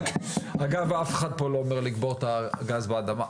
אף אחד פה לא אומר לקבור את הגז באדמה.